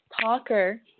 talker